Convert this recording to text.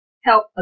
help